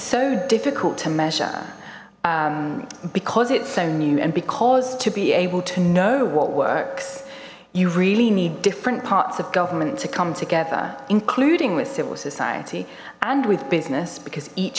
so difficult to measure because it's so new and because to be able to know what works you really need different parts of government to come together including with civil society and with business because each